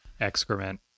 excrement